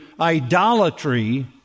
idolatry